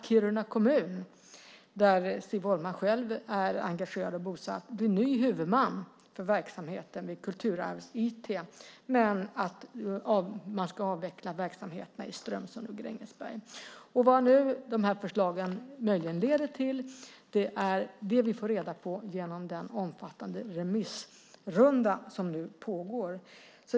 Kiruna kommun, där Siv Holma själv är engagerad och bosatt, blir ny huvudman för verksamheten vid Kulturarvs-IT, men verksamheterna i Strömsund och Grängesberg ska avvecklas. Vad dessa förslag möjligen leder till är det som vi får reda på genom den omfattande remissrunda som nu pågår.